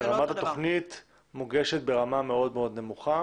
שרמת התוכנית מוגשת ברמה מאוד מאוד נמוכה.